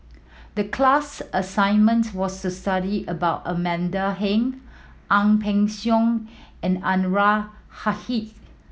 the class assignment was to study about Amanda Heng Ang Peng Siong and Anwarul Haque